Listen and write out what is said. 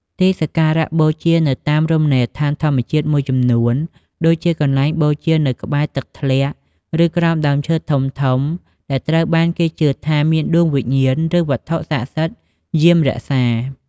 ទីសក្ការៈបូជានៅតាមរមណីយដ្ឋានធម្មជាតិមួយចំនួន ដូចជាកន្លែងបូជានៅក្បែរទឹកធ្លាក់ ឬក្រោមដើមឈើធំៗ ដែលត្រូវបានគេជឿថាមានដួងវិញ្ញាណ ឬវត្ថុស័ក្តិសិទ្ធិយាមរក្សា។